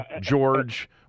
George